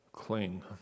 cling